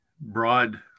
broad